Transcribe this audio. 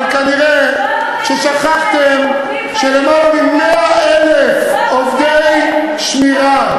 אבל כנראה שכחתם שיותר מ-100,000 עובדי שמירה,